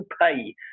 pay